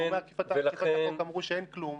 גורמי אכיפת החוק אמרו שאין כלום.